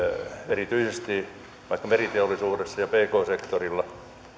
erityisesti vaikka meriteollisuudessa ja pk sektorilla